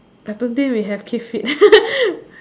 I don't think we have keep fit